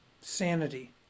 Sanity